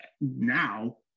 now